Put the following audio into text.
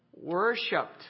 worshipped